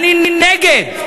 אני נגד.